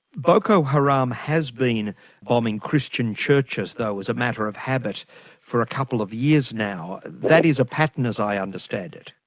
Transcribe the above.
boko haram has been bombing christian churches though as a matter of habit for a couple of years now. that is a pattern as i understand it?